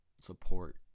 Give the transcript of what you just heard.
support